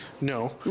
No